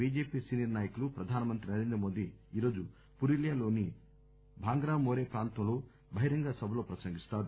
BJP senior నాయకులు ప్రధానమంత్రి నరేంద్రమోదీ ఈరోజు పురూలియాలోని భాంగ్రామోరే ప్రాంతంలో బహిరంగ సభలో ప్రసంగిస్తారు